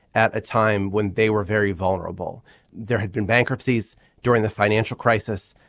at a time when they were very vulnerable there had been bankruptcies during the financial crisis.